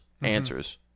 answers